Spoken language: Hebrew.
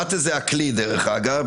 מאטה זה הכלי, דרך אגב.